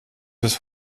des